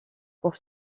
pour